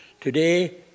today